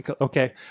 okay